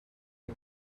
der